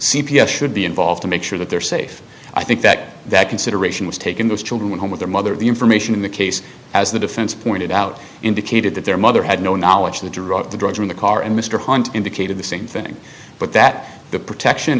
s should be involved to make sure that they're safe i think that that consideration was taken those children home with their mother the information in the case as the defense pointed out indicated that their mother had no knowledge of the drop the drugs in the car and mr hunt indicated the same thing but that the protection